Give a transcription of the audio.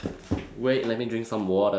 wait let me drink some water